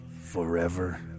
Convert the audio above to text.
forever